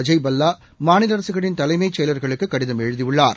அஜய்பல்லா மாநில அரசுகளின் தலைமைச் செயலர்களுக்கு கடிதம் எழுதியுள்ளார்